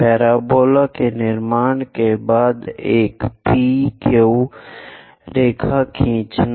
parabola के निर्माण के बाद एक पी क्यू रेखा खींचना